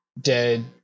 dead